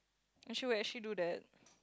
actually we actually do that